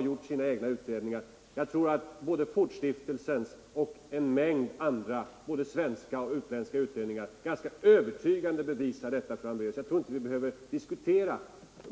försäljningen sina egna utredningar — jag tror ändå att både Fordstiftelsens och en = av svensk atommängd andra både svenska och utländska utredningar övertygande be = kraftsteknik till visar detta, fru Hambraeus. Jag tror inte vi vidare behöver diskutera =